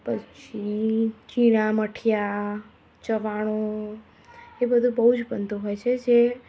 પછી જીરા મઠિયાં ચવાણું એ બધું બહુ જ બનતું હોય છે જે